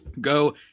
go